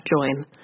join